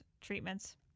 treatments